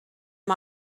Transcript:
amb